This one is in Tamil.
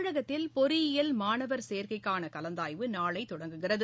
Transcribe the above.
தமிழகத்தில் பொறியியல் மாணவர் சோக்கைக்கான கலந்தாய்வு நாளை தொடங்குகிறது